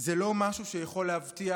זה לא משהו שיכול להבטיח